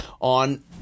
on